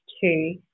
two